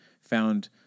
found